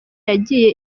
yagiye